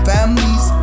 Families